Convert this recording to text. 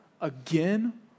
again